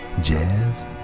jazz